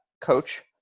coach